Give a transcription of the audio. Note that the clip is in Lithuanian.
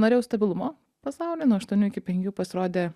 norėjau stabilumo pasaulyje nuo aštuonių iki penkių pasirodė